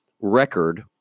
record